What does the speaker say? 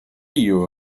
you